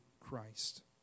Christ